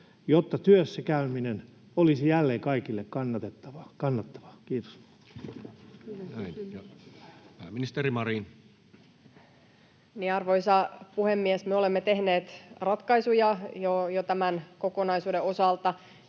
jotta työssäkäyminen olisi jälleen kaikille kannattavaa? — Kiitos. Näin. — Pääministeri Marin. Arvoisa puhemies! Me olemme tehneet ratkaisuja jo tämän kokonaisuuden osalta;